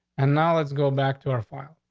and now let's go back to our farm.